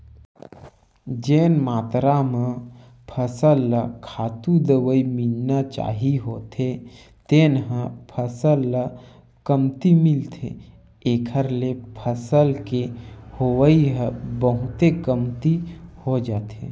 जेन मातरा म फसल ल खातू, दवई मिलना चाही होथे तेन ह फसल ल कमती मिलथे एखर ले फसल के होवई ह बहुते कमती हो जाथे